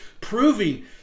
proving